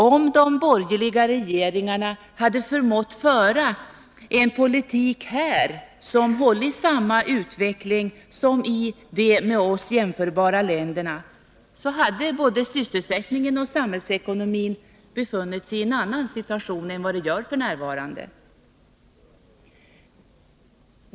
Om de borgerliga regeringarna hade förmått att föra en politik som inneburit samma utveckling här som i de med oss jämförbara länderna, hade både sysselsättningen och samhällsekonomin befunnit sig i en annan situation än vad de f.n. gör.